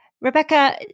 Rebecca